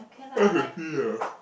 F and B ah